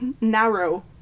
Narrow